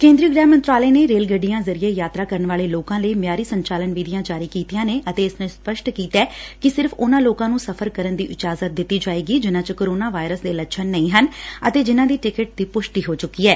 ਕੇ ਂਦਰੀ ਗ੍ਰਹਿ ਮੰਤਰਾਲੇ ਨੇ ਰੇਲ ਗੱਡੀਆਂ ਜ਼ਰੀਏ ਯਾਤਰਾ ਕਰਨ ਵਾਲੇ ਲੋਕਾਂ ਲਈ ਮਿਆਰੀ ਸੰਚਾਲਨ ਵਿਧੀਆਂ ਜਾਰੀ ਕੀਤੀਆਂ ਨੇ ਅਤੇ ਇਸ ਨੇ ਸਪੱਸਟ ਕੀਤੈ ਕਿ ਸਿਰਫ਼ ਉਨ੍ਹਾਂ ਲੋਕਾਂ ਨੂੰ ਸਫ਼ਰ ਕਰਨ ਦੀ ਇਜਾਜ਼ਤ ਦਿੱਤੀ ਜਾਏਗੀ ਜਿਨ੍ਹਾ ਚ ਕੋਰੋਨਾ ਵਾਇਰਸ ਦੇ ਲੱਛਣ ਨਹੀ ਨੇ ਅਤੇ ਜਿਨ੍ਹਾ ਦੀ ਟਿਕਟ ਦੀ ਪੁਸ਼ਟੀ ਹੋ ਚੂੱਕੀ ਐ